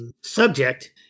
subject